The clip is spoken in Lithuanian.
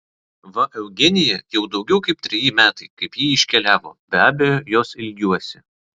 va eugenija jau daugiau kaip treji metai kaip ji iškeliavo be abejo jos ilgiuosi